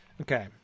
Okay